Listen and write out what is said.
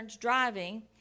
driving